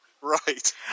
Right